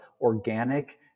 organic